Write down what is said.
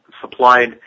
supplied